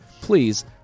Please